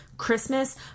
Christmas